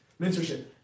Mentorship